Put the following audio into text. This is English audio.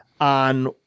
on